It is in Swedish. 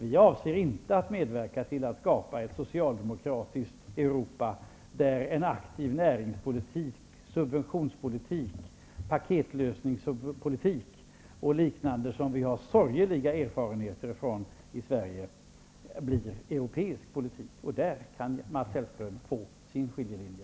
Vi avser inte att medverka till att skapa ett socialdemokratiskt Europa, där en aktiv näringspolitik, dvs. en subventionspolitik, en paketlösingspolitik, som vi har sorgliga erfarenheter av i Sverige, blir europeisk politik. I detta sammanhang kan Mats Hellström få sin skiljelinje.